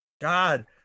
God